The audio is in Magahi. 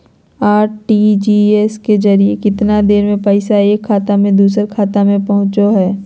आर.टी.जी.एस के जरिए कितना देर में पैसा एक खाता से दुसर खाता में पहुचो है?